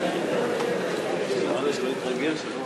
אבל אני רוצה להציג את יאיר לפיד מזווית אחרת שאחרים לא יודעים.